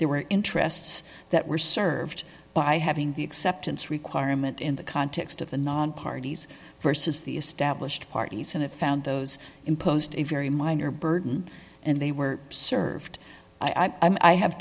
there were interests that were served by having the acceptance requirement in the context of the non parties versus the established parties and it found those imposed a very minor burden and they were served i